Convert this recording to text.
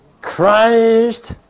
Christ